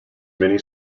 many